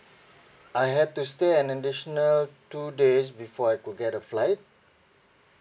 I had to stay an additional two days before I could get a flight